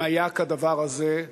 אם היה כדבר הזה,